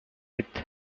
with